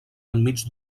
enmig